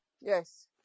yes